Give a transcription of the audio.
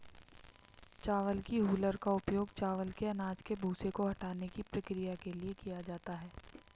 चावल की हूलर का उपयोग चावल के अनाज के भूसे को हटाने की प्रक्रिया के लिए किया जाता है